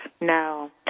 No